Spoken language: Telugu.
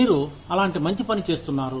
మీరు అలాంటి మంచి పని చేస్తున్నారు